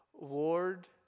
Lord